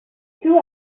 two